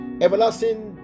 Everlasting